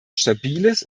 stabiles